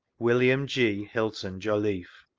william g. hylton joluffe.